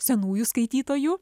senųjų skaitytojų